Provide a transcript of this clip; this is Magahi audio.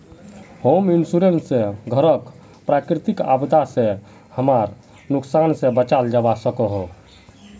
होम इंश्योरेंस स घरक प्राकृतिक आपदा स हबार नुकसान स बचाल जबा सक छह